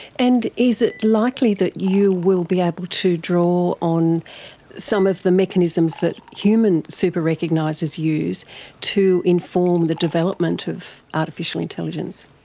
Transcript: and is it likely that you will be able to draw on some of the mechanisms that human super recognisers use to inform the development of artificial intelligence?